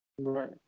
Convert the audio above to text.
Right